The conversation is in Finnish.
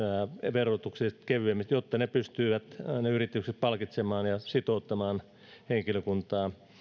verotuksellisesti kevyemmin jotta ne yritykset pystyvät palkitsemaan ja sitouttamaan henkilökuntaa